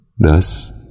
thus